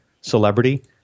celebrity